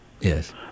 Yes